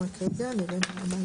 מי נמנע?